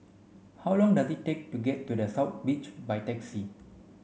how long does it take to get to The South Beach by taxi